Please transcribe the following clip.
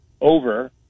over